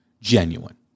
genuine